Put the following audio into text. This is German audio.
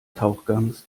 tauchgangs